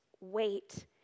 wait